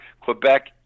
Quebec